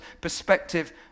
perspective